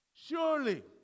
Surely